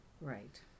Right